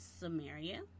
Samaria